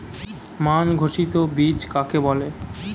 মান ঘোষিত বীজ কাকে বলে?